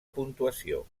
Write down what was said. puntuació